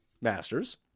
Masters